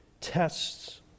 tests